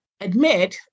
admit